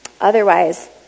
Otherwise